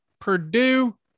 Purdue